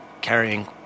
carrying